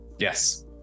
Yes